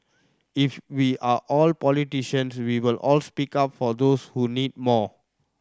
if we are all politicians we will all speak up for those who need more